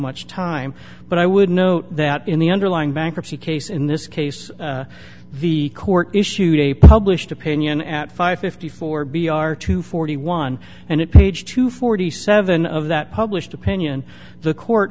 much time but i would note that in the under lying bankruptcy case in this case the court issued a published opinion at five fifty four b r two forty one and it page two forty seven of that published opinion the court